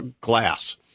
glass